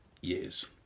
years